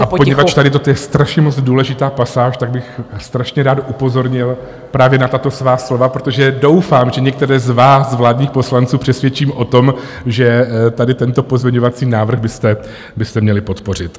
A poněvadž tady toto je strašně moc důležitá pasáž, tak bych strašně rád upozornil právě na tato svá slova, protože doufám, že některé z vás, z vládních poslanců, přesvědčím o tom, že tady tento pozměňovací návrh byste měli podpořit.